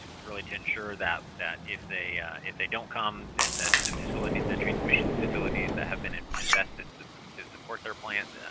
really to ensure that that if they if they don't come, then the the facilities, the transmission facilities that have been and invested to to support their plant,